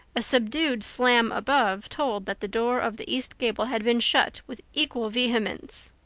a subdued slam above told that the door of the east gable had been shut with equal vehemence.